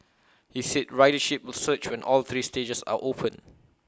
he said ridership will surge when all three stages are open